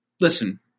Listen